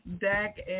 deck